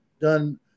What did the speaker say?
done